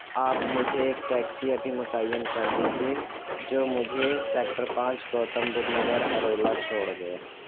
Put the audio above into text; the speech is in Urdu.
آپ مجھے ایک ٹیکسی ابھی متعین کر دیجیے جو مجھے سیکٹر پانچ گوتم بدھ نگر ہرولہ چھوڑ دے